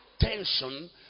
attention